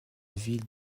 ville